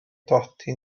dodi